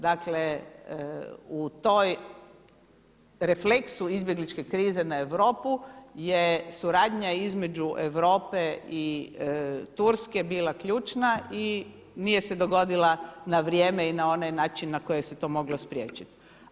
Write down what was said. Dakle u tom refleksu izbjegličke krize na Europu je suradnja između Europe i Turske bila ključna i nije se dogodila na vrijeme i na onaj način na koji se to moglo spriječiti.